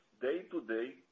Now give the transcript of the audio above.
day-to-day